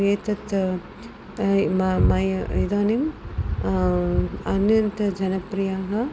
एतत् म मय् इदानीम् अन्यन्यः जनप्रियः